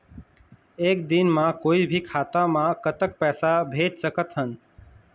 एक दिन म कोई भी खाता मा कतक पैसा भेज सकत हन?